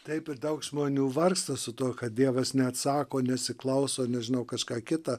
taip ir daug žmonių vargsta su tuo kad dievas neatsako nesiklauso nežinau kažką kitą